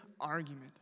argument